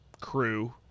crew